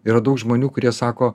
yra daug žmonių kurie sako